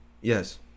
yes